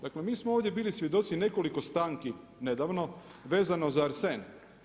Dakle, mi smo ovdje bili svjedoci nekoliko stanki nedavno vezano za arsen.